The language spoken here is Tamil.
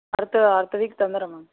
அடுத்த அடுத்த வீக் தந்துடுறேன் மேம்